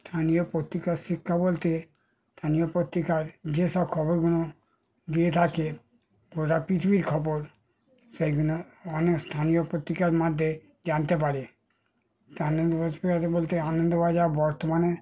স্থানীয় পত্রিকার শিক্ষা বলতে স্থানীয় পত্রিকার যেসব খবরগুলো দিয়ে থাকে গোটা পৃথিবীর খবর সেগুলো অনেক স্থানীয় পত্রিকার মাধ্যমে জানতে পারে তা আনন্দবাজার বলতে আনন্দবাজার বর্তমানে